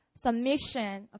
submission